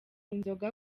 inzoga